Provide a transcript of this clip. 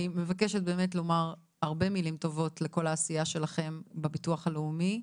אני מבקשת באמת לומר הרבה מילים טובות לכל העשייה שלכם בביטוח הלאומי,